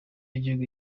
y’igihugu